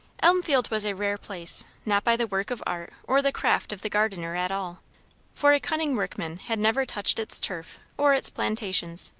elmfield was a rare place. not by the work of art or the craft of the gardener at all for a cunning workman had never touched its turf or its plantations.